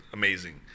amazing